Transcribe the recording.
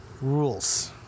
rules